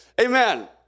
Amen